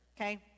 okay